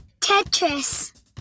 Tetris